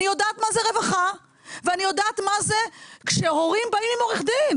אני יודעת מה זה רווחה ואני יודעת מה זה כשהורים באים עם עורך דין: